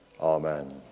Amen